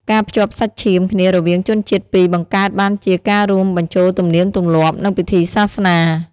ការភ្ជាប់់សាច់ឈាមគ្នារវាងជនជាតិពីរបង្កើតបានជាការរួមបញ្ចូលទំនៀមទម្លាប់ និងពិធីសាសនា។